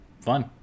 fun